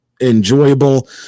enjoyable